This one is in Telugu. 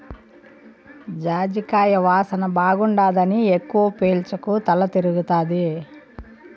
జాజికాయ వాసన బాగుండాదని ఎక్కవ పీల్సకు తల తిరగతాది